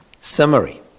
Summary